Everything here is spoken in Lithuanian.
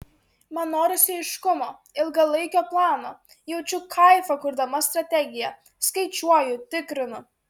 man norisi aiškumo ilgalaikio plano jaučiu kaifą kurdama strategiją skaičiuoju tikrinu